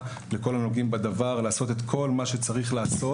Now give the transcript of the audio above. לכל הנוגעים בדבר לעשות את כל מה שצריך לעשות.